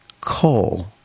coal